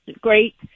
great